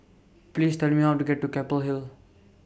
Please Tell Me How to get to Keppel Hill